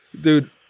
dude